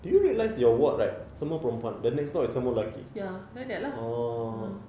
do you realise your ward right semua perempuan the next door is semua lelaki orh